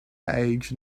age